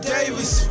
Davis